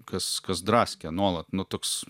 kas kas draskė nuolat nu toks